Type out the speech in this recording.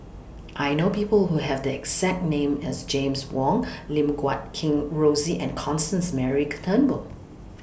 I know People Who Have The exact name as James Wong Lim Guat Kheng Rosie and Constance Mary Turnbull